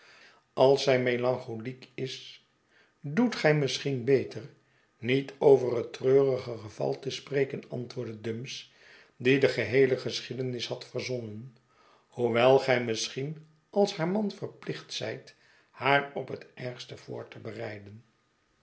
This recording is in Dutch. als zij melancholiek is doet gij misschien beter niet over het treurige geval te spreken antwoordde dumps die de geheele geschiedenis had verzonnen hoewel gij misschien als haar man verplicht zijt haar op het ergste voor te bereiden